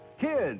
kids